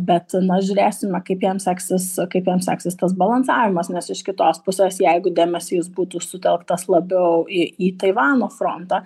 bet na žiūrėsime kaip jam seksis kaip jam seksis tas balansavimas nes iš kitos pusės jeigu dėmesys būtų sutelktas labiau į į taivano frontą